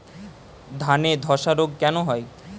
ধানে ধসা রোগ কেন হয়?